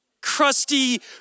crusty